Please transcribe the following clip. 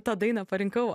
tą dainą parinkau